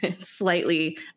slightly